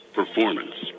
performance